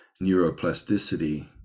neuroplasticity